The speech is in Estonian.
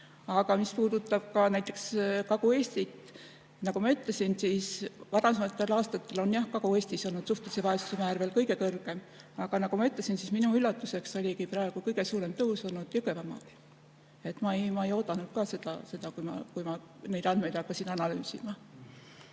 Aga mis puudutab näiteks Kagu-Eestit, nagu ma ütlesin, siis varasematel aastatel on jah Kagu-Eestis olnud suhtelise vaesuse määr veel kõige kõrgem. Minu üllatuseks oli praegu kõige suurem tõus Jõgevamaal. Ma ei oodanud ka seda, kui ma neid andmeid hakkasin analüüsima.